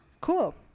cool